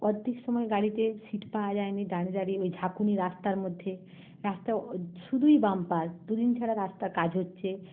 অর্ধেক সময় গাড়িতে সিট পাওয়া যায় না দাঁড়িয়ে দাঁড়িয়ে ঝাঁকুনি রাস্তার মধ্যে রাস্তা শুধুই বাম্পার দুদিন ছাড়া রাস্তার কাজ হচ্ছে